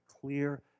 clear